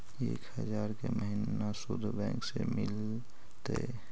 एक हजार के महिना शुद्ध बैंक से मिल तय?